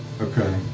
Okay